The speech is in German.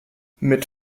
mit